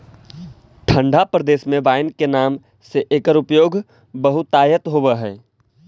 ठण्ढा प्रदेश में वाइन के नाम से एकर उपयोग बहुतायत होवऽ हइ